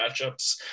matchups